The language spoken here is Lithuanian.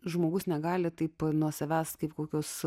žmogus negali taip nuo savęs kaip kokios